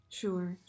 sure